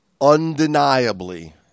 undeniably